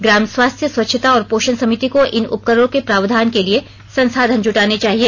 ग्राम स्वास्थ्य स्वच्छता और पोषण समिति को इन उपकरणों के प्रावधान के लिए संसाधन जुटाने चाहिए